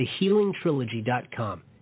TheHealingTrilogy.com